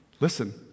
listen